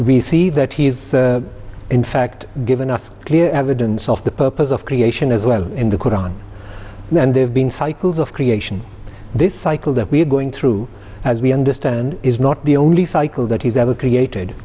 see that he is in fact given us clear evidence of the purpose of creation as well in the koran and they've been cycles of creation this cycle that we are going through as we understand is not the only cycle that he's ever created